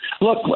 look